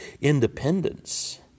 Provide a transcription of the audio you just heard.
Independence